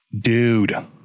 dude